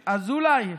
אזולאי,